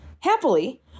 Happily